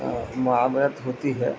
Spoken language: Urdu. معاونت ہوتی ہے